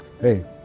hey